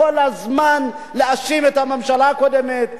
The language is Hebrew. כל הזמן להאשים את הממשלה הקודמת,